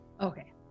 Okay